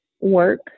work